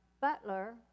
butler